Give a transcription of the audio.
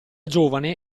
giovane